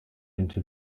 into